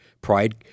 Pride